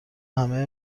همه